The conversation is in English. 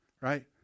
right